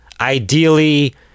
ideally